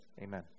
Amen